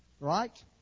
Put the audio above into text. Right